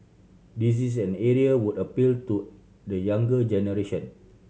this is an area would appeal to the younger generation